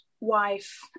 Wife